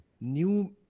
new